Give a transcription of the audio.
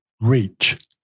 reach